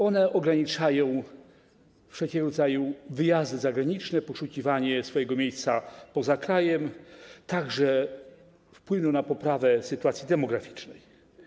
One ograniczają wszelkiego rodzaju wyjazdy zagraniczne, poszukiwanie swojego miejsca poza krajem, mają także wpływ na poprawę sytuacji demograficznej.